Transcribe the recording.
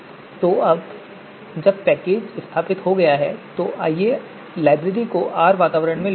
तो अब जब पैकेज स्थापित हो गया है तो आइए लाइब्रेरी को R वातावरण में लोड करें